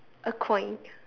a coin